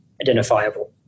identifiable